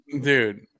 dude